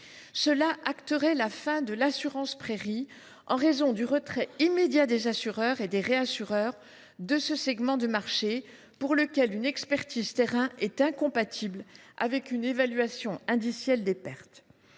Cela acterait la fin de l’assurance prairie en raison du retrait immédiat des assureurs et des réassureurs de ce segment de marché, pour lequel une expertise de terrain est incompatible avec une évaluation indicielle des pertes.